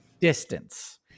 distance